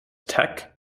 teck